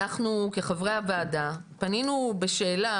אנחנו כחברי הוועדה פנינו בשאלה,